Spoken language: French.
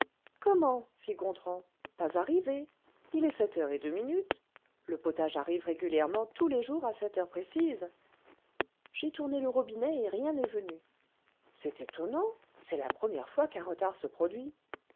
comment fit gontran pas arrivé il est sept heures et deux minutes le potage arrive régulièrement tous les jours à sept heures précises j'ai tourné le robinet et rien n'est venu c'est étonnant c'est la première fois qu'un retard se produit